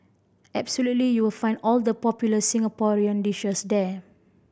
absolutely you will find all the popular Singaporean dishes there